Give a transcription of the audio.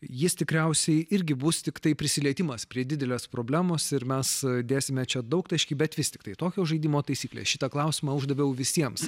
jis tikriausiai irgi bus tiktai prisilietimas prie didelės problemos ir mes dėsime čia daugtaškį bet vis tiktai tokios žaidimo taisykles šitą klausimą uždaviau visiems